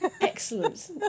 Excellent